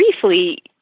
briefly